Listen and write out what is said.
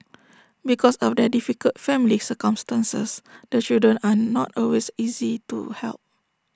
because of their difficult family circumstances the children are not always easy to help